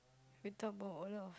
we talk about a lot of